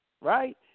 right